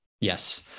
Yes